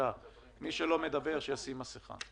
שמי שלא ידבר, שישים מסכה.